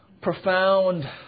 profound